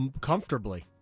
comfortably